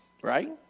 Right